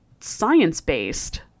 science-based